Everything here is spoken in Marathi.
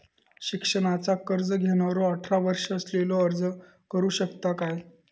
शिक्षणाचा कर्ज घेणारो अठरा वर्ष असलेलो अर्ज करू शकता काय?